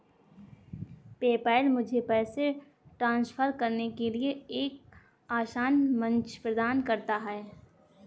PayPal मुझे पैसे transfer करने के लिए एक आसान मंच प्रदान करता है